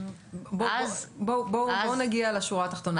אז --- בואו נגיע לשורה התחתונה,